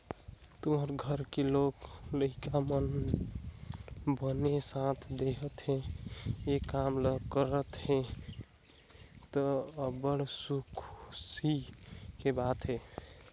तुँहर घर के लोग लइका मन बने साथ देहत हे, ए काम ल करत हे त, अब्बड़ खुसी के बात हे